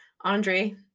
Andre